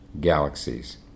galaxies